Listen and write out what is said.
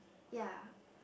ya